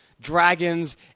dragons